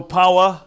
power